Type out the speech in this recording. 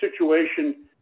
situation